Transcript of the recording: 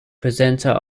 presenter